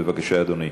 בבקשה, אדוני.